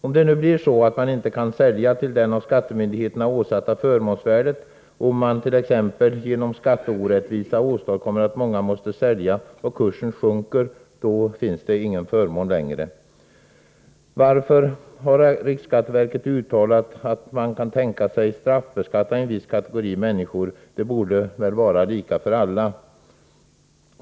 Om man inte kan sälja aktier till det av skattemyndigheterna åsatta förmånsvärdet — t.ex. om man, och det gäller många, tvingas sälja aktier och kursen sjunker — finns det inte någon förmån längre. Varför har riksskatteverket uttalat att man kan tänka sig att straffbeskatta en viss kategori människor? Det borde väl vara lika för alla.